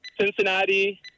Cincinnati